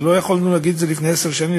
לא יכולנו להגיד את זה לפני עשר שנים,